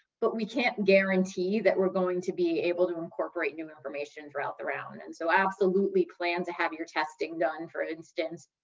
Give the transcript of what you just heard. but we can't guarantee that we're going to be able to incorporate new information throughout the round. and so absolutely plan to have your testing done for instance,